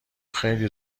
خیلی